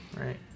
Right